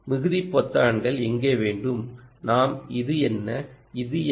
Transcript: மிகுதி பொத்தான்கள் எங்கே வேண்டும் நாம் இது என்ன இது என்ன